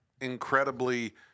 incredibly